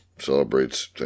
Celebrates